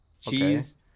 cheese